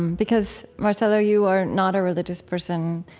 um because, marcelo, you are not a religious person.